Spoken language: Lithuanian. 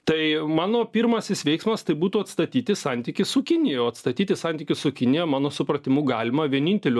tai mano pirmasis veiksmas tai būtų atstatyti santykį su kinija o atstatyti santykį su kinija mano supratimu galima vieninteliu